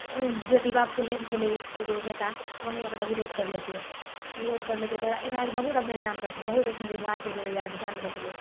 ज्योतिबा फुले छलै एगो नेता वही एकरा विरोध करलकै विरोध करलकै तऽ एकरासँ बहुत आदमी रऽ जान बचलै बहुत अइसन विधवा छलै जकर जान बचलै